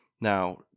Now